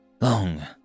Long